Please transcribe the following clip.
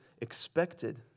expected